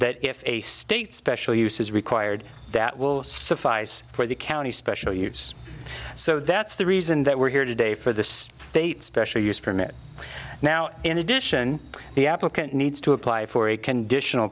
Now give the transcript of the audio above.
that if a state special use is required that will suffice for the county special use so that's the reason that we're here today for the state special use permit now in addition the applicant needs to apply for a conditional